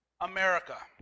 America